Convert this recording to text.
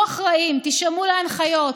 תהיו אחראים, תישמעו להנחיות,